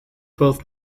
both